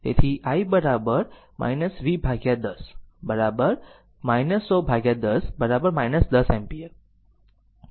તેથી i v10 10010 10 ampere